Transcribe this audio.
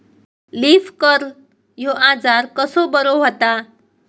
Leaf curl ह्यो आजार कसो बरो व्हता?